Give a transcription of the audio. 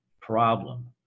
problem